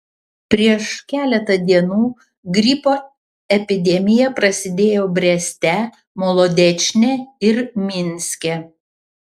prieš keletą dienų gripo epidemija prasidėjo breste molodečne ir minske